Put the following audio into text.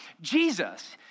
Jesus